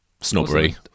snobbery